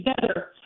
together